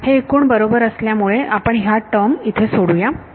हे एकूण बरोबर असल्यामुळे आपण ह्या टर्म इथे सोडूया